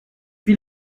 wie